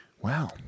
Wow